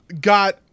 got